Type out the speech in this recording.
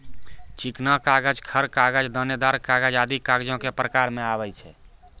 चिकना कागज, खर खर कागज, दानेदार कागज आदि कागजो क प्रकार म आवै छै